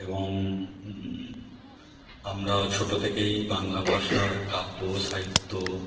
এবং আমরা ছোট থেকেই বাংলা ভাষার কাব্য সাহিত্য